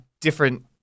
different